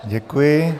Děkuji.